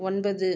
ஒன்பது